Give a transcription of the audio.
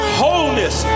wholeness